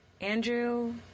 andrew